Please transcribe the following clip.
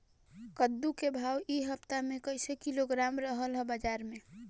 कद्दू के भाव इ हफ्ता मे कइसे किलोग्राम रहल ह बाज़ार मे?